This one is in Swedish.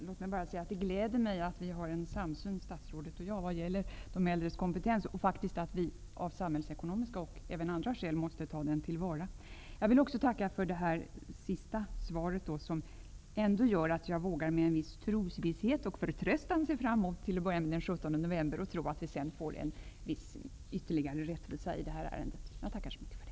Herr talman! Det gläder mig att vi har en samsyn statsrådet och jag vad gäller de äldres kompetens och att vi av samhällsekonomiska och även andra skäl måste ta den till vara. Jag vill också tacka för det sista svaret. Det gör att jag till att börja med vågar att med en viss trosvisshet och förtröstan se fram mot den 17 november och tro att vi sedan får en viss ytterligare rättvisa i detta ärende. Jag tackar så mycket för detta.